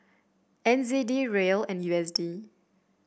N Z D Riel and U S D